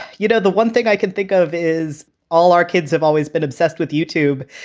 you know, the one thing i can think of is all our kids have always been obsessed with youtube.